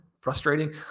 frustrating